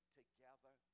together